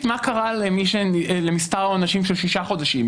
מה קרה למספר העונשים של שישה חודשים.